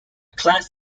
class